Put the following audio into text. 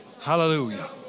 Hallelujah